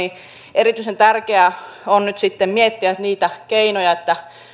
erityisen tärkeää on nyt sitten miettiä niitä keinoja